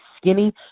skinny